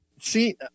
see